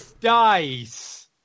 dice